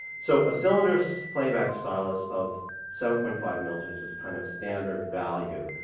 so, a cylinder's playback stylus of seven point five mils, which is a kind of standard value,